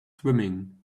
swimming